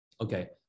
Okay